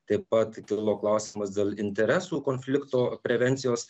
taip pat kilo klausimas dėl interesų konflikto prevencijos